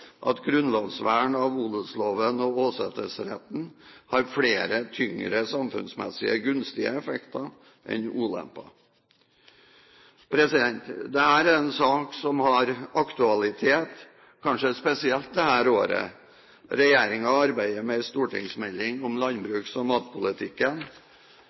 at grunnlovsvern av odelsloven og åsetesretten har flere tyngre, samfunnsmessig gunstige effekter enn ulemper. Dette er en sak som har aktualitet, kanskje spesielt dette året. Regjeringen arbeider med en stortingsmelding om